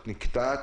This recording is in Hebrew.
את נקטעת.